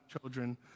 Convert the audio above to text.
children